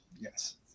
yes